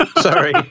Sorry